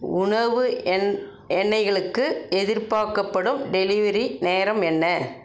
உணவு எண் எண்ணெய்களுக்கு எதிர்பார்க்கப்படும் டெலிவரி நேரம் என்ன